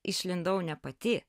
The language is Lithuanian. išlindau ne pati